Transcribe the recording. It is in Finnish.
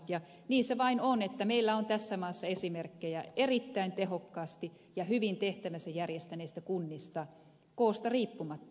niin se vain on että meillä on tässä maassa esimerkkejä erittäin tehokkaasti ja hyvin tehtävänsä järjestäneistä kunnista koosta riippumatta